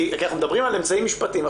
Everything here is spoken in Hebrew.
אנחנו מדברים על אמצעים משפטיים.